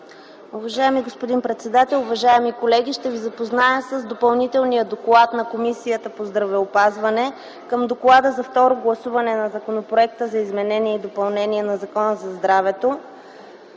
Уважаеми господин председател, уважаеми колеги! Ще Ви запозная с Допълнителния доклад на Комисията по здравеопазването към Доклада за второ гласуване на Законопроекта за изменение и допълнение на Закона за здравето,